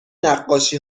نقاشی